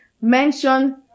Mention